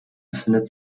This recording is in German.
befindet